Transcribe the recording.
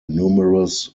numerous